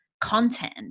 content